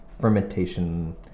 fermentation